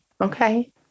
okay